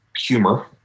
humor